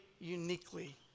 uniquely